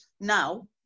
now